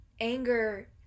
anger